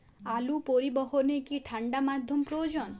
আলু পরিবহনে কি ঠাণ্ডা মাধ্যম প্রয়োজন?